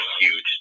huge